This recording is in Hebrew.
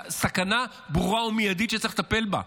סכנה ברורה ומיידית שצריך לטפל בה,